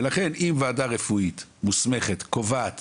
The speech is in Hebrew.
ולכן אם ועדה רפואית מוסמכת קובעת